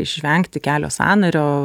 išvengti kelio sąnario